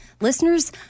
listeners